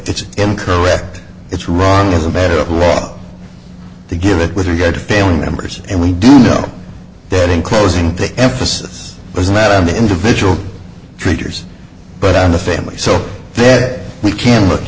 him correct it's wrong as a matter of law to give it with good family members and we do know that in closing the emphasis was not on the individual traders but on the family so that we can look